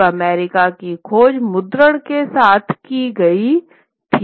अब अमेरिका की खोज मुद्रण के साथ की गई थी